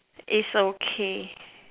is okay